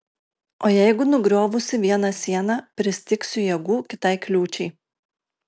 o jeigu nugriovusi vieną sieną pristigsiu jėgų kitai kliūčiai